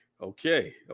okay